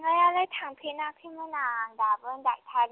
थांनायालाय थांफेराखैमोन आं दाबो डाक्टार